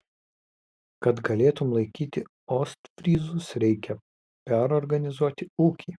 kad galėtum laikyti ostfryzus reikia perorganizuot ūkį